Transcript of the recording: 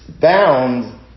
bound